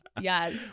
Yes